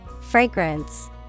Fragrance